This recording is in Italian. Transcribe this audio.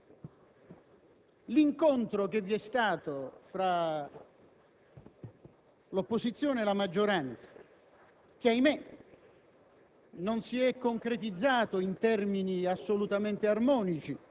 Ciò che per il Capo dello Stato è un momento istituzionalmente apprezzabile per il ministro Di Pietro diventa un inciucio;